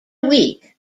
week